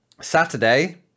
Saturday